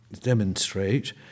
demonstrate